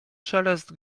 szelest